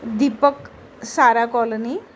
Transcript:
Deepak Sara colony